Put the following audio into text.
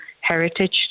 heritage